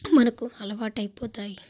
మనకు అలవాటయిపోతాయి